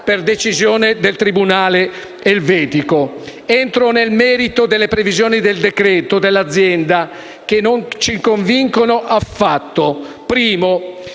per decisione del tribunale elvetico. Entro nel merito delle previsioni del decreto-legge riguardanti l'azienda, che non ci convincono affatto: